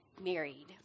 married